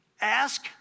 ask